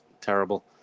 terrible